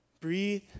breathe